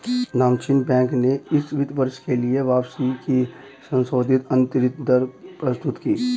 नामचीन बैंक ने इस वित्त वर्ष के लिए वापसी की संशोधित आंतरिक दर प्रस्तुत की